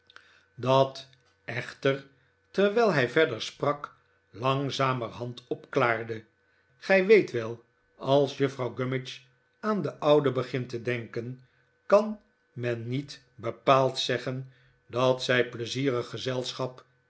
dat echter terwijl hij verder sprak langzamerhand opklaarde gij weet wel als vrouw gummidge aan den ouden begint te denken kan men niet baas peggotty's t o e k o m s tpl an n e n bepaald zeggen dat zij pleizierig gezelschap